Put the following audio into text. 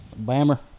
Bammer